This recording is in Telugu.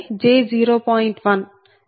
10j0